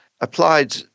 applied